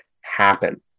happen